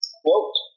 quote